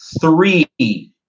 three